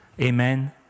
Amen